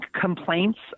complaints